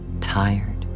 Tired